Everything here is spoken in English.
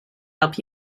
help